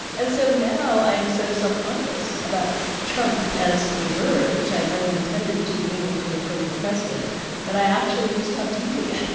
and so now i am so self-conscious about trump as a verb which i never intended to mean to refer to the president that i actually have stopped using it.